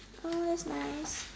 oh that's nice